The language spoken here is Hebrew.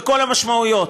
בכל המשמעויות,